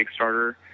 Kickstarter